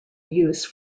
use